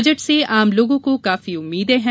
budget से आम लोगों को काफी उम्मीदें हैं